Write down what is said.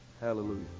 hallelujah